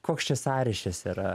koks čia sąryšis yra